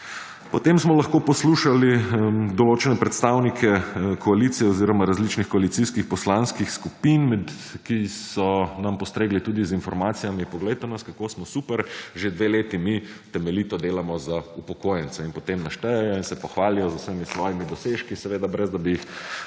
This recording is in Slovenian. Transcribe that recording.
Potem smo lahko poslušali določene predstavnike koalicije oziroma različnih koalicijskih poslanskih skupin, ki so nam postregle tudi z informacijami »poglejte nas kako smo super, že dve leti mi temeljito delamo za upokojence« in potem naštejejo in se pohvalijo z vsemi svojimo dosežki brez da bi jih